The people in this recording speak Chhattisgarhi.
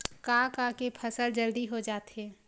का का के फसल जल्दी हो जाथे?